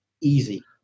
easy